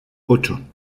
ocho